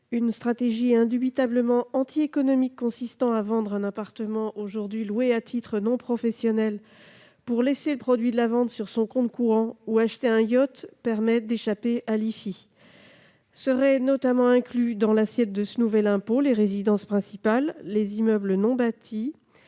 Une stratégie indubitablement antiéconomique consistant à vendre un appartement aujourd'hui loué à titre non professionnel pour laisser le produit de la vente sur son compte courant ou acheter un yacht permet d'échapper à l'IFI. Seraient notamment inclus dans l'assiette de ce nouvel impôt les résidences principales, les immeubles non bâtis,